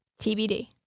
TBD